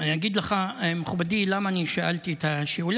אני אגיד לך, מכובדי, למה אני שאלתי את השאלה.